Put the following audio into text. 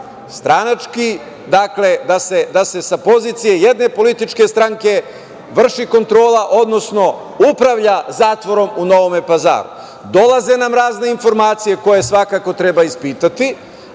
stranački, dakle, da se sa pozicije jedne političke stranke vrši kontrola, odnosno upravlja zatvorom u Novom Pazaru? Dolaze nam razne informacije koje svakako treba ispitati,